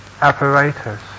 apparatus